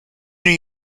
new